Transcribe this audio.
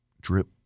drip